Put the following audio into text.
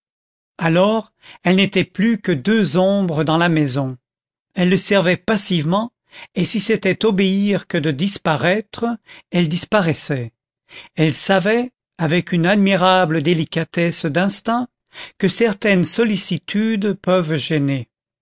alors elles n'étaient plus que deux ombres dans la maison elles le servaient passivement et si c'était obéir que de disparaître elles disparaissaient elles savaient avec une admirable délicatesse d'instinct que certaines sollicitudes peuvent gêner